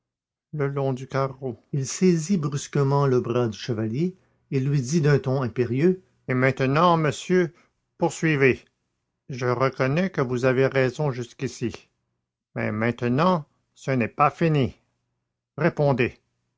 le long du carreau il saisit brusquement le bras du chevalier et lui dit d'un ton impérieux et maintenant monsieur poursuivez je reconnais que vous avez raison jusqu'ici mais maintenant ce n'est pas fini répondez